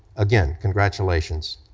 again, congratulations.